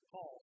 Paul